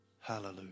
hallelujah